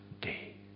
day